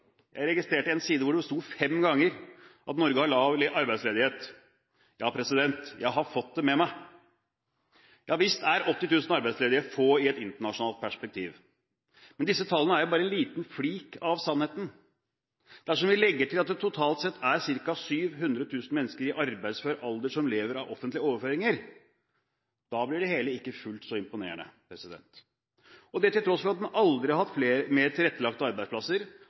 jeg registrerte en side hvor det sto fem ganger – at Norge har lav arbeidsledighet. Ja, jeg har fått det med meg. Ja visst er 80 000 arbeidsledige få i et internasjonalt perspektiv, men disse tallene er jo bare en liten flik av sannheten. Dersom vi legger til at det totalt sett er ca. 700 000 mennesker i arbeidsfør alder som lever av offentlige overføringer, blir det hele ikke fullt så imponerende – og det til tross for at man aldri har hatt mer tilrettelagte arbeidsplasser,